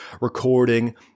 recording